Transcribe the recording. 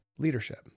leadership